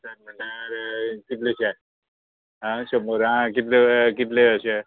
म्हणल्यार कितलेशे आ अशा कितले शंबरांक अशे कितले अशे